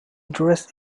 dressed